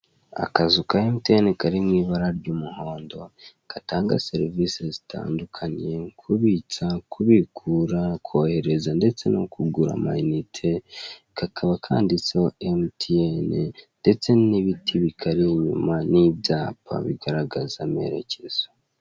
Akazu ka emutiyene kari mu ibara ry'umuhondo gatanga serivise zitandukanye kubitsa, kubikura, kohereza ndetse kugura amayinite, kakaba kanditseho emutiyene ndetse n'ibiti bikari inyuma n'ibyapa biharagaza amerekezo.